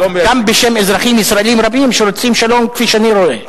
גם בשם אזרחים ישראלים רבים שרוצים שלום כפי שאני רואה.